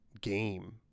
game